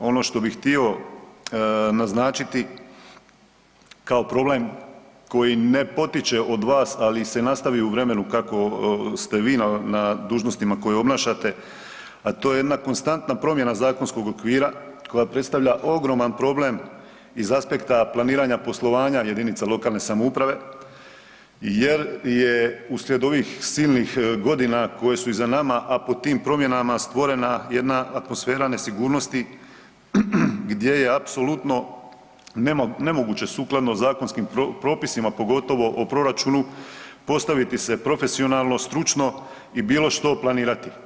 Ono što bih htio naznačiti kao problem koji ne potiče od vas, ali se nastavi u vremenu kako ste vi na dužnostima koje obnašate, a to je jedna konstantna promjena zakonskog okvira koja predstavlja ogroman problem iz aspekta planiranja poslovanja jedinica lokalne samouprave jer je uslijed ovih silnih godina koje su iza nama, a pod tim promjenama stvorena jedna atmosfera nesigurnosti gdje je apsolutno nemoguće sukladno zakonskim propisima, pogotovo o proračunu postaviti se profesionalno, stručno i bilo što planirati.